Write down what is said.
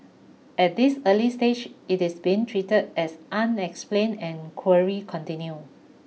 at this early stage it is being treated as unexplained and query continue